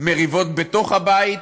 מריבות בתוך הבית